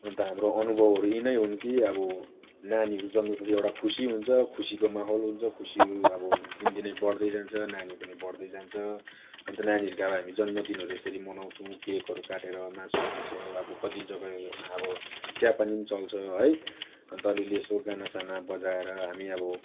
अनि त हाम्रो अनुभवहरू यिनै हुन् कि अब नानीहरू जन्मेपछि एउटा खुसी हुन्छ खुसीको माहोल हुन्छ खुसी अब दिनदिनै बढ्दै जान्छ नानी पनि बढ्दै जान्छ अनि त नानीहरूको अब हामी जन्मदिनहरू यसरी मनाउँछौँ केकहरू काटेर मासुमांस अब कति जग्गाहरूमा अब चियापानी पनि चल्छ है अनि त अलिअलि यसो गानासाना बजाएर हामी अब